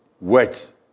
words